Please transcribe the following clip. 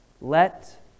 let